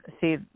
see